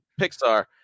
Pixar